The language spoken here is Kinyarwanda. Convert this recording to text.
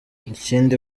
ikindi